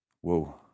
Whoa